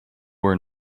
were